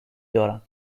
دارند